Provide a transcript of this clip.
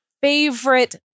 favorite